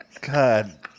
God